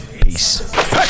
Peace